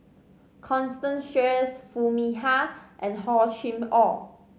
Constance Sheares Foo Mee Har and Hor Chim Or